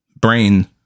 brain